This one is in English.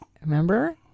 Remember